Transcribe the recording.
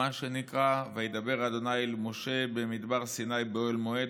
הוא מה שנקרא: "וידבר ה' אל משה במדבר סיני באהל מועד